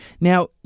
Now